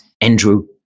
Andrew